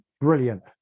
brilliant